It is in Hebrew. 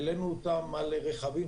העלינו אותם על רכבים,